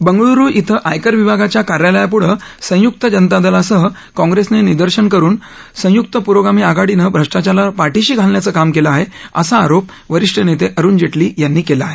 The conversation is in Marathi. बंगळुरु श्वे आयकर विभागाच्या कार्यालयापुढं संयुक्त जनता दलासह काँप्रेसनं निदर्शनं करुन संपुआनं भ्रष्टाचाराला पाठिशी घालण्याचं काम केलं आहे असा आरोप वरिष्ठ नेते अरुण जेटली यांनी केला आहे